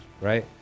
right